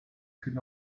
could